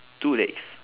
two legs